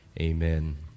Amen